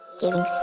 giving